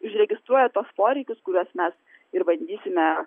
užregistruoja tuos poreikius kuriuos mes ir bandysime